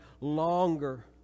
longer